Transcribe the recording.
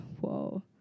Whoa